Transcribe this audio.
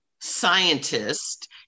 scientist